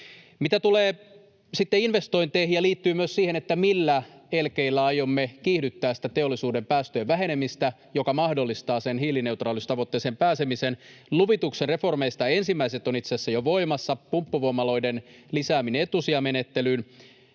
sitten investointeihin — mikä liittyy myös siihen, millä elkeillä aiomme kiihdyttää sitä teollisuuden päästöjen vähenemistä, joka mahdollistaa sen hiilineutraalisuustavoitteeseen pääsemisen — luvituksen reformeista ensimmäiset ovat itse asiassa jo voimassa. Pumppuvoimaloiden lisääminen etusijamenettelyyn,